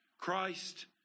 Christ